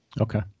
Okay